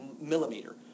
millimeter